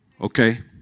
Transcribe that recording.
Okay